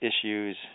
issues